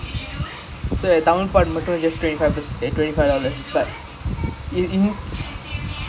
orh but how what do you mean like this